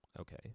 Okay